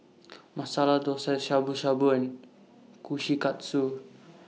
Masala Dosa Shabu Shabu and Kushikatsu